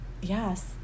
yes